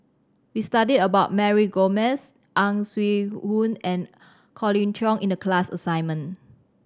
we studied about Mary Gomes Ang Swee Aun and Colin Cheong in the class assignment